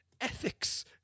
ethics